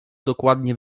dokładnie